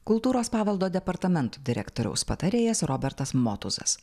kultūros paveldo departamento direktoriaus patarėjas robertas motuzas